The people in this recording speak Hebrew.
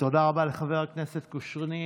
תודה רבה לחבר הכנסת קושניר.